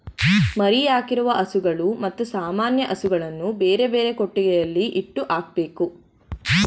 ಮರಿಯಾಕಿರುವ ಹಸುಗಳು ಮತ್ತು ಸಾಮಾನ್ಯ ಹಸುಗಳನ್ನು ಬೇರೆಬೇರೆ ಕೊಟ್ಟಿಗೆಯಲ್ಲಿ ಇಟ್ಟು ಹಾಕ್ಬೇಕು